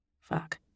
Fuck